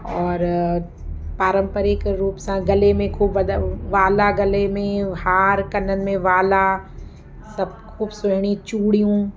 औरि पारंपरिक रूप सां गले में खूबद वाला गले में हार कननि में वाला सभु ख़ूबु सुहिणी चूड़ियूं